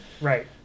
right